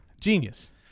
Genius